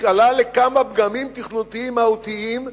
ניקלע לכמה פגמים תכנוניים מהותיים,